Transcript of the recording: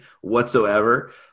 whatsoever